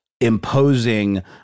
imposing